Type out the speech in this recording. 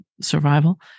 survival